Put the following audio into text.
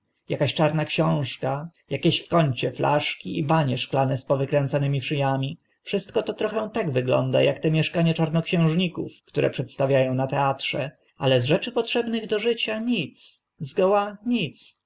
akaś czarna książka akieś w kącie flaszki i banie szklane z wykręcanymi szy ami wszystko to trochę tak wygląda ak te mieszkania czarnoksiężników które przedstawia ą na teatrze ale z rzeczy potrzebnych do życia nic zgoła